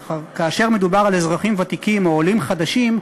אך כאשר מדובר על אזרחים ותיקים או עולים חדשים,